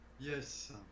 Yes